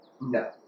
No